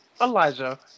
Elijah